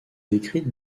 décrite